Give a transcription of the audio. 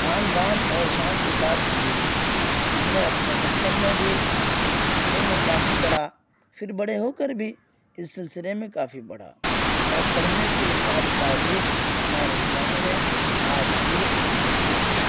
آن بان اور شان کے ساتھ موجود ہے ہم نے اپنے بچپن میں بھی اس سلسلے میں کافی پڑھا پھر بڑے ہو کر بھی اس سلسلے میں کافی پڑھا اور پڑھنے سے یہ ساری تاریخ ہمارے ذہنوں میں آج بھی محفوظ ہے